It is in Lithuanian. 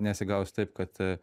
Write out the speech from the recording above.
nesigaus taip kad